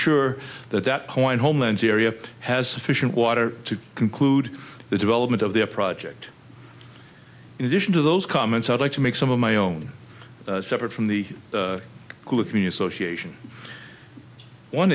that that point homelands area has sufficient water to conclude the development of their project in addition to those comments i'd like to make some of my own separate from the cook me association one